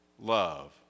love